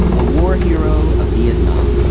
a war hero of vietnam,